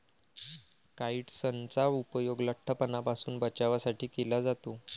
काइट्सनचा उपयोग लठ्ठपणापासून बचावासाठी केला जातो